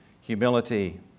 humility